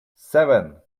seven